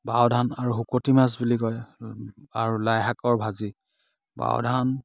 বাও ধান আৰু শুকতি মাছ বুলি কয় আৰু লাইশাকৰ ভাজি বাও ধান